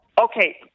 Okay